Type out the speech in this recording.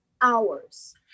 hours